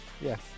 Yes